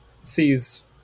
sees